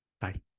Bye